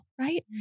right